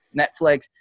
Netflix